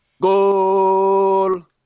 Goal